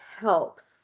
helps